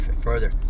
further